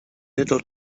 little